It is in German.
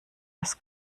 des